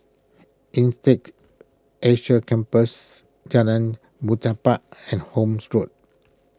Insead Asia Campus Jalan Muhibbah and Horne's Road